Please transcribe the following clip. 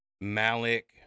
Malik